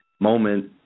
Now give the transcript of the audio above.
moment